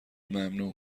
ممنوع